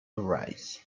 arise